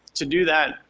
to do that,